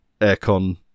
Aircon